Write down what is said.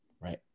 right